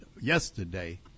yesterday